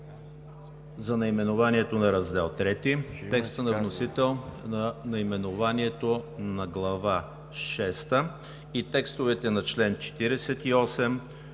за наименованието на Раздел III, текста на вносителя за наименованието на Глава шеста и текстовете на членове